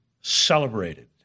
celebrated